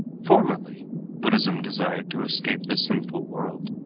formerly buddhism desired to escape the sinful world.